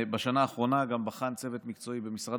בשנה האחרונה בחן צוות מקצועי במשרד